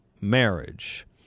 marriage